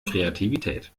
kreativität